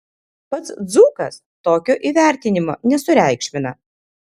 pats dzūkas tokio įvertinimo nesureikšmina